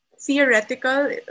theoretical